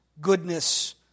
goodness